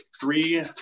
three